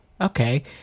okay